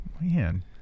Man